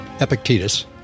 Epictetus